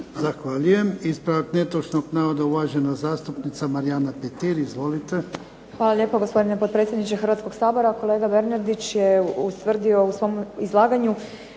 Zahvaljujem. Ispravak netočnog navoda, uvažena zastupnica Marijana Petir. Izvolite.